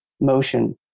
motion